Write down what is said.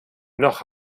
noch